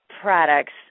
products